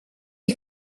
est